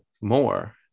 more